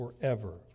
forever